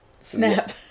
Snap